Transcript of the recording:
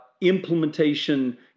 implementation